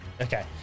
Okay